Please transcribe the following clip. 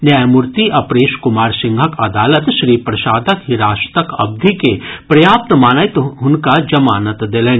न्यायमूर्ति अपरेश कुमार सिंहक अदालत श्री प्रसादक हिरासतक अवधि के पर्याप्त मानैत हुनका जमानत देलनि